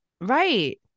Right